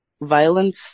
violence